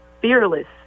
fearless